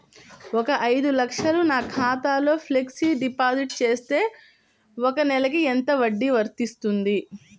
ఒక ఐదు లక్షలు నా ఖాతాలో ఫ్లెక్సీ డిపాజిట్ చేస్తే ఒక నెలకి ఎంత వడ్డీ వర్తిస్తుంది?